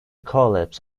collapse